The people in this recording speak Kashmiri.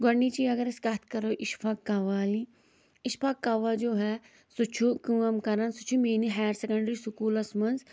گۄڈٕنِچی اگر أسۍ کَتھ کَرَو اِشفاق کوالی اِشفاق کاوا جو ہے سُہ چھِ کٲم کران سُہ چھِ میٲنہِ ہایر سیٚکنٹری سکوٗلَس منٛز